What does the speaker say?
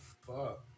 fuck